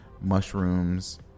mushrooms